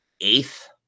eighth